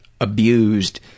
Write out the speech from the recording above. abused